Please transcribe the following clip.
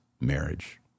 marriage